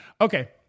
Okay